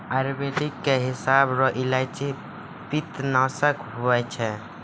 आयुर्वेद के हिसाब रो इलायची पित्तनासक हुवै छै